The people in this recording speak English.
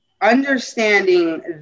understanding